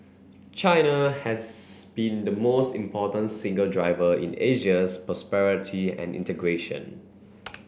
China has been the most important single driver in Asia's prosperity and integration